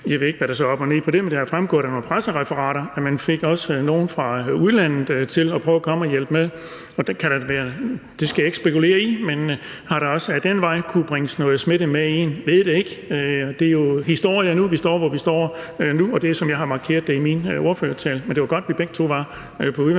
jeg ved ikke, hvad der er op og ned i det, men det har fremgået af nogle pressereferater – og fik nogle fra udlandet til at komme og hjælpe med. Det skal jeg ikke spekulere i, men man har da også ad den vej kunnet bringe noget smitte med ind. Jeg ved det ikke, og det er jo historie nu. Vi står, hvor vi står nu, og det er, som jeg har markeret det i min ordførertale. Men det var godt, at vi begge to var der